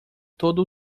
todo